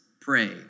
pray